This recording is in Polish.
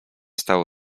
stało